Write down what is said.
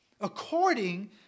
according